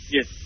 Yes